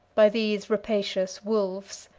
by these rapacious wolves.